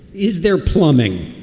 is there plumbing?